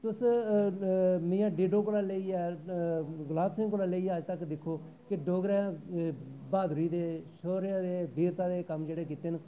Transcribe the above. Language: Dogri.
तुस मियां डीडो कोला लेइयै गुलाब सिंह कोला लेइयै अज्ज तक्कर दिक्खो कि डोगरें ब्हादरी दे शोर्य ते वीरता दे कम्म जेह्ड़े कीते न